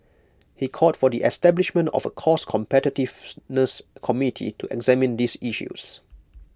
he called for the establishment of A cost competitiveness committee to examine these issues